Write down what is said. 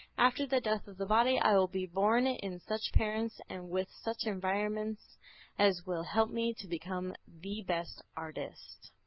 after the death of the body i will be born of such parents and with such environments as will help me to become the best artist.